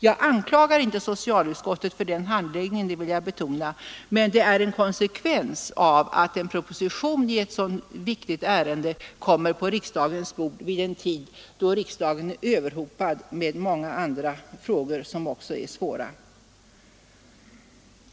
Jag anklagar inte socialutskottet för den handläggningen — det vill jag betona —, men den är en konsekvens av att en proposition i ett så viktigt ärende kommer på riksdagens bord vid en tid då riksdagen är överhopad med många andra frågor som också är svåra.